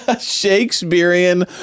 Shakespearean